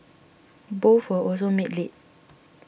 both were also made late